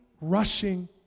rushing